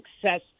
success